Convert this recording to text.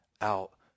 out